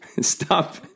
Stop